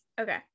Okay